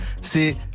c'est